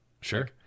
Sure